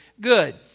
good